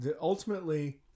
ultimately